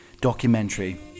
documentary